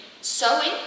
sewing